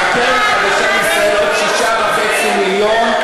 מהקרן החדשה לישראל עוד 6.5 מיליון,